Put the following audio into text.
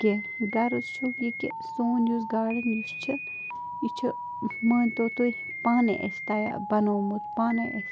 کیٚنہہ غرض چھُم یہِ کہِ سون یُس گاڈَن یُس چھِ یہِ چھُ مٲنۍتو تُہۍ پانَے اَسہِ تیا بنوومُت پانَے اَسہِ